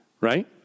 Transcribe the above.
right